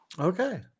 Okay